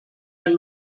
ein